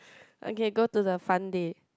okay go to the front deck